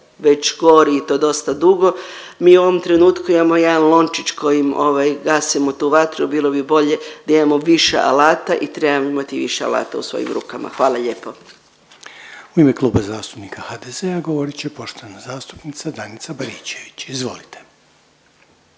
već gori i to dosta dugo. Mi u ovom trenutku imamo jedan lončić kojim ovaj gasimo tu vatru, bilo bi bolje da imamo više alata i trebamo imati više alata u svojim rukama. Hvala lijepo. **Reiner, Željko (HDZ)** U ime Kluba zastupnika HDZ-a govorit će poštovana zastupnica Danica Baričević, izvolite.